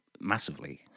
massively